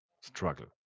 struggle